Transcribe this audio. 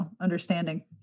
understanding